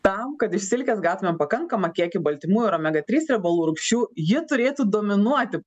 tam kad iš silkės gautumėm pakankamą kiekį baltymų ir omega trys riebalų rūgščių ji turėtų dominuoti